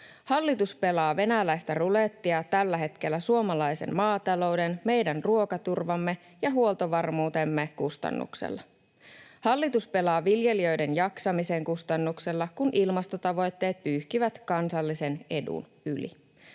Hallitus pelaa venäläistä rulettia tällä hetkellä suomalaisen maatalouden, meidän ruokaturvamme ja huoltovarmuutemme, kustannuksella. Hallitus pelaa viljelijöiden jaksamisen kustannuksella, kun ilmastotavoitteet pyyhkivät kansallisen edun yli.